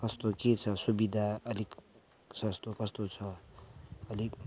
कस्तो के छ सुविधा अलिक सस्तो कस्तो छ अलिक